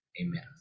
Amen